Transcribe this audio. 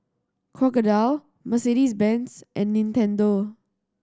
Crocodile Mercedes Benz and Nintendo